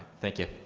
thank you.